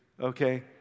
okay